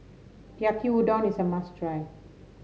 Yaki Udon is a must try